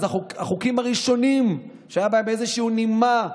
אלה החוקים הראשונים שהייתה בהם איזושהי נימה,